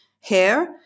hair